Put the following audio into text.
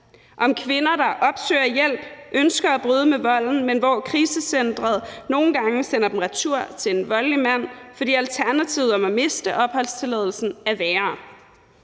om kvinder, der opsøger hjælp, ønsker at bryde med volden, men hvor krisecenteret nogle gange sender dem retur til en voldelig mand, fordi alternativet i at miste opholdstilladelsen er værre.